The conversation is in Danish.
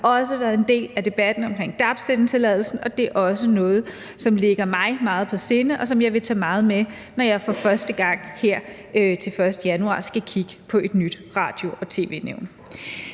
også været en del af debatten om dab-sendetilladelsen, og det er også noget, som ligger mig meget på sinde, og som jeg i høj grad vil tage med, når jeg for første gang her den 1. januar skal kigge på et nyt radio- og tv-nævn.